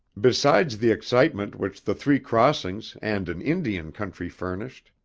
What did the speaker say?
besides the excitement which the three crossings and an indian country furnished,